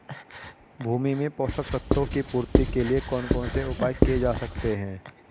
भूमि में पोषक तत्वों की पूर्ति के लिए कौन कौन से उपाय किए जा सकते हैं?